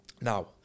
Now